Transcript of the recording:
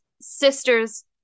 sister's